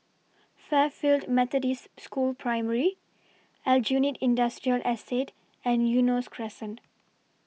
Fairfield Methodist School Primary Aljunied Industrial Estate and Eunos Crescent